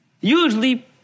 Usually